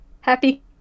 Happy